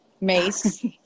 Mace